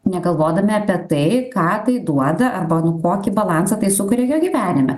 negalvodami apie tai ką tai duoda arba nu kokį balansą tai sukuria jo gyvenime